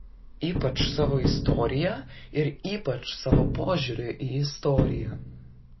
ypač savo istorija ir ypač savo požiūriu į istoriją